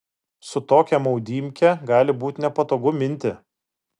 su tokia maudymke gali būt nepatogu minti